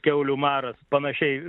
kiaulių maras panašiai